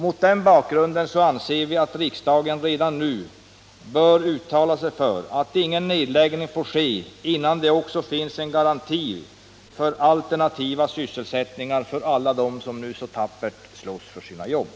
Mot den bakgrunden anser vi att riksdagen redan nu bör uttala sig för att ingen nedläggning får ske innan det också finns en garanti för alternativ sysselsättning för alla dem som så tappert slåss för sina jobb.